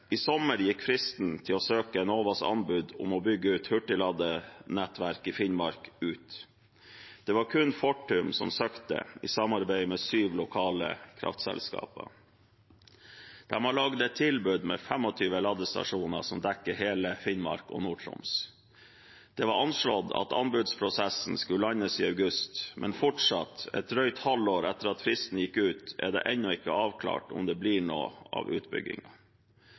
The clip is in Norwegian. I sommer gikk fristen for å søke Enovas anbud om å bygge ut hurtigladenettverk i Finnmark ut. Det var kun Fortum som søkte, i samarbeid med syv lokale kraftselskaper. De har lagd et tilbud med 25 ladestasjoner som dekker hele Finnmark og Nord-Troms. Det var anslått at anbudsprosessen skulle landes i august, men fortsatt, et drøyt halvår etter at fristen gikk ut, er det ennå ikke avklart om det blir noe av